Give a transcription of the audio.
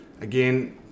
Again